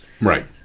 Right